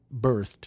birthed